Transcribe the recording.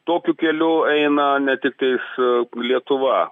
tokiu keliu eina ne tiktais lietuva